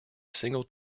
single